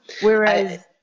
Whereas